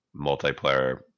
multiplayer